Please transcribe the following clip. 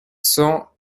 cents